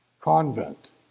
convent